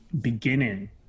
beginning